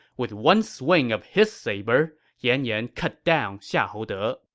with one swing of his sabre, yan yan cut down xiahou de.